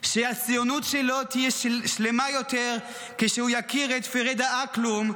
שהציונות שלו תהיה שלמה יותר כשהוא יכיר את פרדה אקלום,